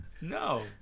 No